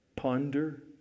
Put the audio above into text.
Ponder